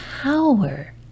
power